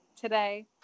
today